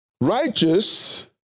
Righteous